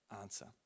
answer